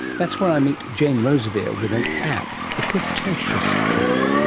that's where i meet jane rosevear with an app, a cretaceous app.